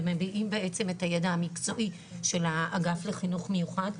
ומביעים בעצם את הידע המקצועי של האגף לחינוך מיוחד.